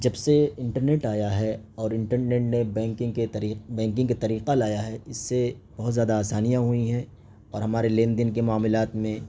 جب سے انٹرنیٹ آیا ہے اور انٹرنیٹ نے بینکنگ کے بینکنگ کے طریقہ لایا ہے اس سے بہت زیادہ آسانیاں ہوئی ہیں اور ہمارے لین دین کے معاملات میں